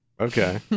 Okay